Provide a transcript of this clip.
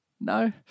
No